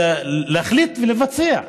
להחליט ולבצע.